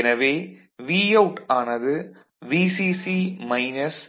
எனவே Vout ஆனது Vcc minus